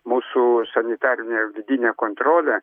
mūsų sanitarinė vidinė kontrolė